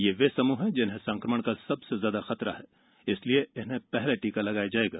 यह वे समूह हैं जिन्हें संकमण का सबसे ज्यादा खतरा है इसलिए इन्हें पहले टीका लगाया जाएगा